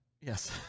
Yes